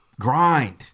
grind